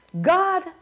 God